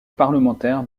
parlementaire